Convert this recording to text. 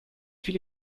viele